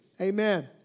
Amen